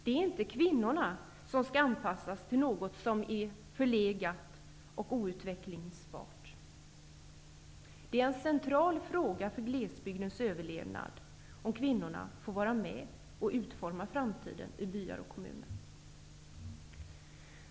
Det är inte kvinnorna som skall anpassas till något som är förlegat och icke utvecklingsbart. En central fråga för glesbygdens överlevnad gäller alltså detta med om kvinnorna får vara med och utforma framtiden i byar och kommuner.